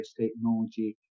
technology